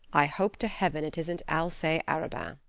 i hope to heaven it isn't alcee arobin.